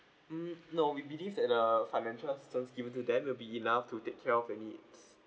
mm no we think that err financial assistance given to them will be enough to take care of the needs